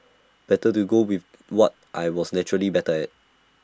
better to go with what I was naturally better at